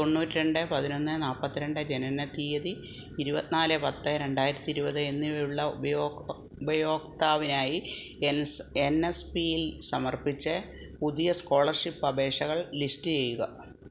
തൊണ്ണൂറ്റിരണ്ട് പതിനൊന്ന് നാൽപ്പത്തിരണ്ട് ജനന തിയതി ഇരുപത്തിനാല് പത്ത് രണ്ടായിരത്തി ഇരുപത് എന്നിവയുള്ള ഉപയോക്താവിനായി എൻസ് എൻ എസ് പിയിൽ സമർപ്പിച്ച പുതിയ സ്കോളർഷിപ്പ് അപേക്ഷകൾ ലിസ്റ്റ് ചെയ്യുക